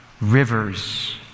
rivers